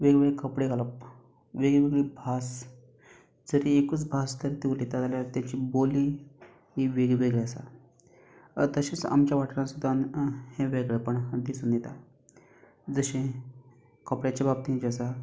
वेगवेगळे कपडे घालप वेगवेगळी भास जरी एकूच भास उलयता जाल्यार ताची बोली ही वेगवेगळी आसा तशेंच आमच्या वाटारांत सुद्दां हें वेगळेंपण दिसून येता जशें कपड्याच्या बाबतीन जें आसा